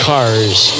Cars